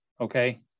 okay